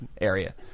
area